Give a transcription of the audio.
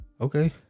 Okay